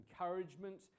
encouragement